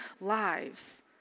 lives